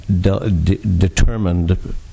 determined